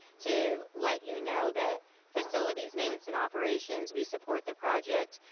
to let you know that facilities maintenance and operations, we support the project,